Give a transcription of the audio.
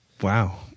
Wow